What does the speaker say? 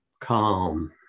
calm